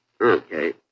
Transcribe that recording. Okay